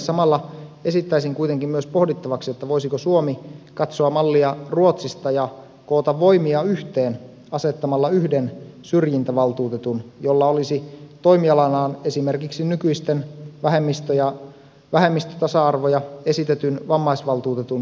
samalla esittäisin kuitenkin myös pohdittavaksi että voisiko suomi katsoa mallia ruotsista ja koota voimia yhteen asettamalla yhden syrjintävaltuutetun jolla olisi toimialanaan esimerkiksi nykyisten vähemmistö tasa arvo ja esitetyn vammaisvaltuutetun toimiala